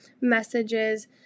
messages